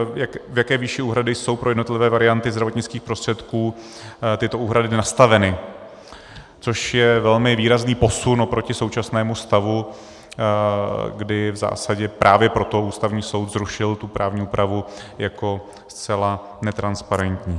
v jaké výši úhrady jsou pro jednotlivé varianty zdravotnických prostředků tyto úhrady nastaveny, což je velmi výrazný posun oproti současnému stavu, kdy v zásadě právě proto Ústavní soud zrušil tu právní úpravu jako zcela netransparentní.